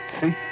See